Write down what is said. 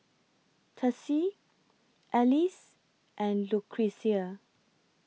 Tessie Alease and Lucretia